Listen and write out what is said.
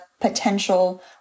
potential